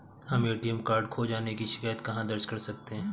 हम ATM card खो जाने की शिकायत कहाँ दर्ज कर सकते हैं?